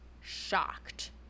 shocked